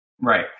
Right